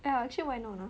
ya actually why not ah